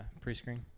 pre-screen